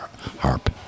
Harp